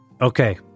Okay